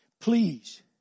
Please